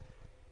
הדואר.